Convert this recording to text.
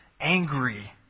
angry